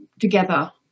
together